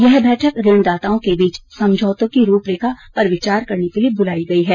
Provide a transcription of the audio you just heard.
यह बैठक ऋणदाताओं के बीच समझौते की रूपरेखा परविचार करने के लिए बुलाई गई है